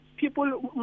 people